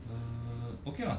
oh okay lah